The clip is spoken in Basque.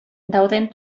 dauden